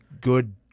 good